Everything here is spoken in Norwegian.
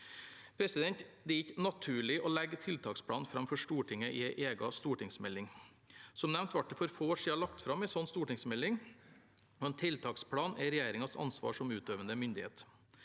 ønsket. Det er ikke naturlig å legge tiltaksplanen fram for Stortinget i en egen stortingsmelding. Som nevnt ble det for få år siden lagt fram en sånn stortingsmelding, og en tiltaksplan er regjeringens ansvar som utøvende myndighet.